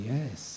Yes